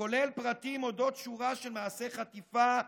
הכולל פרטים על אודות שורה של מעשי חטיפה,